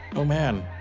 oh man,